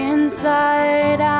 Inside